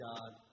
God